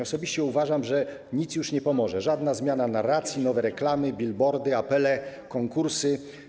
Osobiście uważam, że nic już nie pomoże - żadna zmiana narracji, nowe reklamy, billboardy, apele, konkursy.